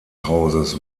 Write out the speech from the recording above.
hauses